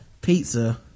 pizza